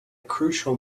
crucial